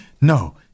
No